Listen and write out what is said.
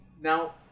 Now